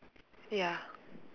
ya